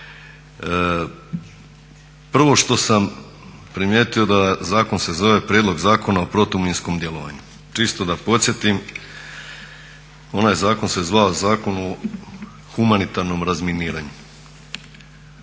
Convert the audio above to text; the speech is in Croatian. Prvo što sam primijeti da zakon se zove prijedlog Zakona o protuminskom djelovanju, čisto da podsjetim onaj zakon se zvao Zakon o humanitarnom razminiranju.